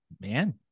man